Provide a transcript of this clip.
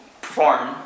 perform